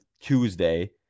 Tuesday